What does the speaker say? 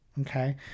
okay